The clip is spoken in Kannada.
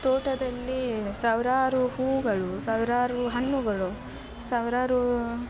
ತೋಟದಲ್ಲಿ ಸಾವಿರಾರು ಹೂವುಗಳು ಸಾವಿರಾರು ಹಣ್ಣುಗಳು ಸಾವಿರಾರು